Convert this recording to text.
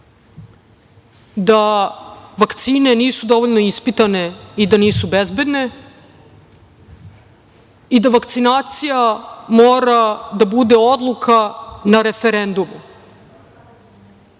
da vakcine nisu dovoljno ispitane i da nisu bezbedne i da vakcinacija mora da bude odluka na referendumu.